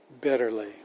bitterly